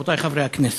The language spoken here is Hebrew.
רבותי חברי הכנסת: